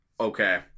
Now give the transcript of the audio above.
okay